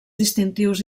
distintius